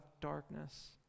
darkness